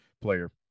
player